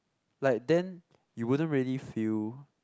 like then you wouldn't really feel